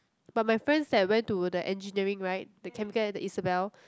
but my friends that went to the engineering right the the Isabel